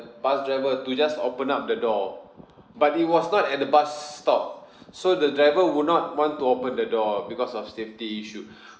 bus driver to just open up the door but it was not at the bus stop so the driver would not want to open the door because of safety issue